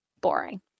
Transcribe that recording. boring